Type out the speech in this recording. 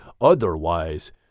Otherwise